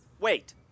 Wait